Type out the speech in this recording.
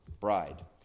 bride